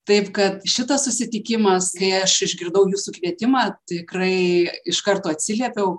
taip kad šitas susitikimas kai aš išgirdau jūsų kvietimą tikrai iš karto atsiliepiau